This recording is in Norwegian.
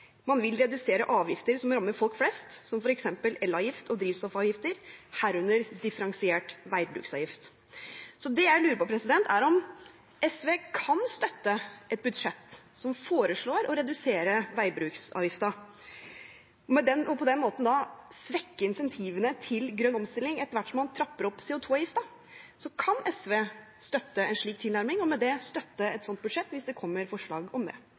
man vil «redusere avgifter som rammer folk flest, som for eksempel elavgift og drivstoffavgifter, herunder differensiert veibruksavgift». Det jeg lurer på, er om SV kan støtte et budsjett som foreslår å redusere veibruksavgiften, og på den måten svekke insentivene til grønn omstilling, etter hvert som man trapper opp CO 2 -avgiften. Kan SV støtte en slik tilnærming og med det støtte et slikt budsjett hvis det kommer forslag om det?